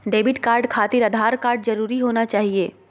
Debit card खातिर Aadhaar card जरूरी होना चाहिए?